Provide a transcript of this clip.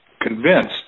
convinced